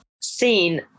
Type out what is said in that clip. seen